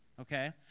okay